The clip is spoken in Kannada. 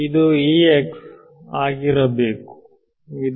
ಇದು ಆಗಿರಬೇಕು ಇದು